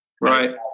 right